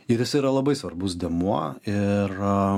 ir jis yra labai svarbus dėmuo ir